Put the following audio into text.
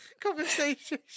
conversation